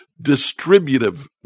Distributive